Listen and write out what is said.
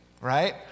right